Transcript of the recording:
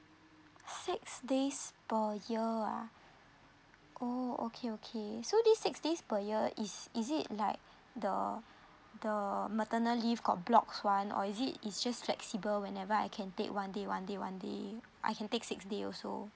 six days per year ah oh okay okay so this six days per year is is it like the the maternal leave got blocks [one] or is it it's just flexible whenever I can take one day one day one day I can take six day also